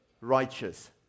righteous